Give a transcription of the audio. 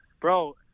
bro